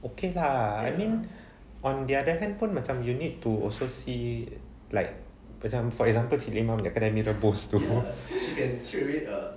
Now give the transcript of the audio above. okay lah I mean on the other hand pun macam you need to also see like macam for example cik limah punya kedai mee rebus tu